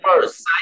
first